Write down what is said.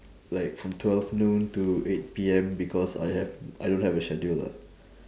like from twelve noon to eight P_M because I have I don't have a schedule lah